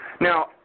Now